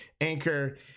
anchor